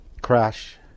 crash